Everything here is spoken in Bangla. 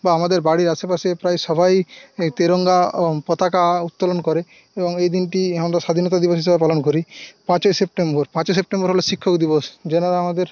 বা আমাদের বাড়ির আশেপাশে প্রায় সবাই তেরঙ্গা পতাকা উত্তোলন করে এবং এদিনটি আমরা স্বাধীনতা দিবস হিসাবে পালন করি পাঁচই সেপ্টেম্বর পাঁচই সেপ্টেম্বর হল শিক্ষক দিবস যারা আমাদের